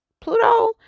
Pluto